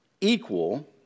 equal